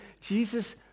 Jesus